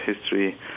History